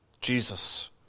Jesus